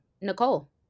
Nicole